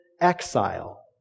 exile